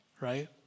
right